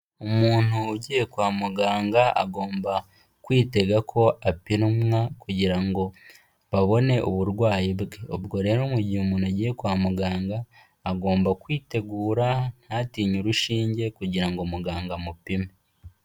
Umuntu ugiye kwa muganga agomba kwitega ko apimwa kugira ngo babone uburwayi bwe, ubwo rero mu gihe umuntu agiye kwa muganga agomba kwitegura ntatinye urushinge kugira ngo muganga amupime.